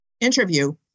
interview